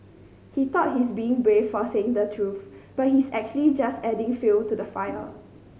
he thought he's being brave for saying the truth but he's actually just adding fuel to the fire